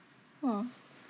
oh